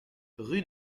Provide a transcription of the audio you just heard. rue